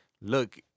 look